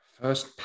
First